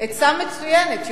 עצה מצוינת.